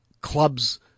clubs